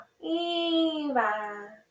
Eva